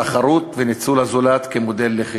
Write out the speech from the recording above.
תחרות וניצול הזולת כמודל לחיקוי.